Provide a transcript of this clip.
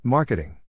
Marketing